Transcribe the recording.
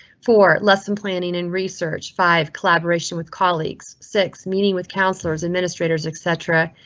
for lesson planning and research. five collaboration with colleagues. six meaning with counselors, administrators, etc.